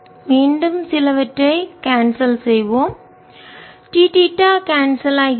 மீண்டும் சிலவற்றை கான்செல் செய்வோம் d தீட்டா கான்செல் ஆகிறது